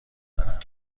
دارم